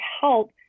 help